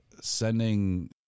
sending